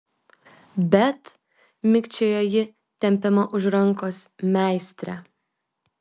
bet mikčiojo ji tempiama už rankos meistre